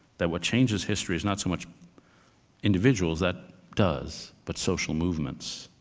that what changes history is not so much individuals that does, but social movements.